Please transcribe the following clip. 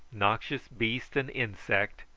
noxious beast and insect,